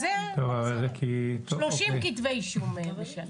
30 כתבי אישום היו השנה.